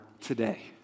today